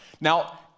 Now